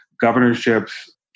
governorships